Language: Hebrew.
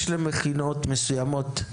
יש, למכינות מסוימות,